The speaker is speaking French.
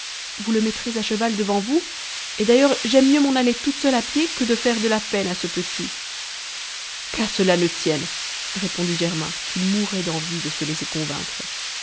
vous le mettrez à cheval devant vous et d'ailleurs j'aime mieux m'en aller toute seule à pied que de faire de la peine à ce petit qu'à cela ne tienne répondit germain qui mourait d'envie de se laisser convaincre